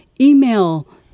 email